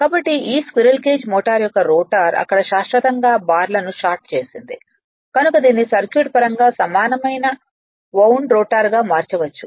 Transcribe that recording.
కాబట్టి ఈ squirrel cage motor యొక్క రోటర్ అక్కడ శాశ్వతంగా బార్లను షార్ట్ చేసింది కనుక దీనిని సర్క్యూట్ పరంగా సమానమైన వవుండ్ రోటర్ గా మార్చవచ్చు